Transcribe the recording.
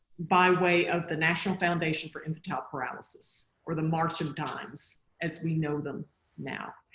by way of the national foundation for infantile paralysis or the march of dimes as we know them now.